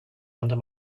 under